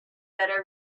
better